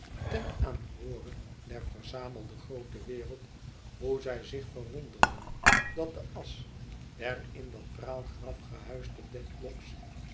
ten aanhoore der verzamelde groote wereld hoe zij zich verwonderden dat de asch der in dat praalgraf gehuisde